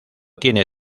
tiene